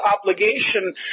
obligation